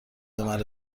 مرا